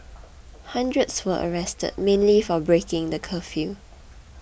hundreds were arrested mainly for breaking the curfew